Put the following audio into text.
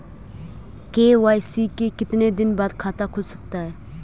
KYC के कितने दिन बाद खाता खुल सकता है?